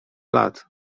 lat